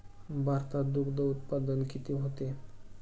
भारतात दुग्धउत्पादन किती होते?